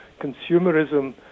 Consumerism